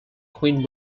queen